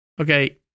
Okay